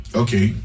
okay